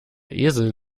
esel